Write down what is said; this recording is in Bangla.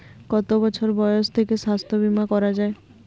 কত বছর বয়স থেকে স্বাস্থ্যবীমা করা য়ায়?